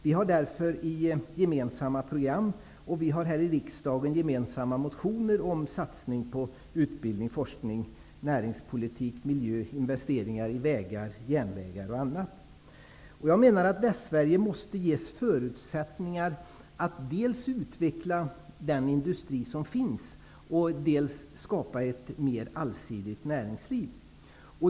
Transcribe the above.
Vi har därför gemensamma program och här i riksdagen gemensamma motioner om satsning på utbildning, forskning, näringspolitik, miljö, investeringar i vägar, järnvägar och annat. Västsverige måste ges förutsättningar att dels utveckla den industri som finns, dels skapa ett mer allsidigt näringsliv.